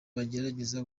bagerageza